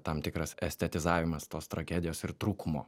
tam tikras estetizavimas tos tragedijos ir trūkumo